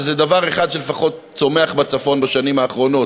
שזה דבר אחד שלפחות צומח בצפון בשנים האחרונות,